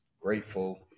grateful